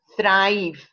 thrive